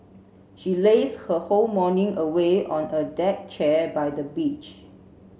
she lazed her whole morning away on a deck chair by the beach